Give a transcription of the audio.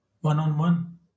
one-on-one